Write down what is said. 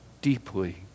deeply